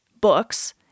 books